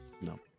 No